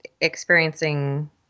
experiencing